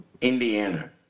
Indiana